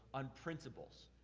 on principles.